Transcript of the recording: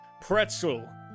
Pretzel